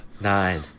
nine